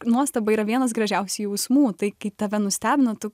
nuostaba yra vienas gražiausių jausmų tai kai tave nustebina tu